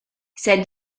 cette